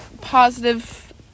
positive